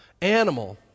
animal